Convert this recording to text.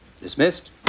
Dismissed